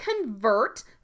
convert